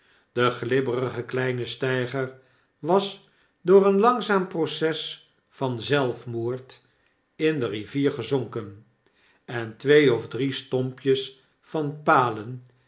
de glibberige kleine steiger was door een langzaam proces van zelfmoord in de rivier gezonken en twee of drie stompjes van palen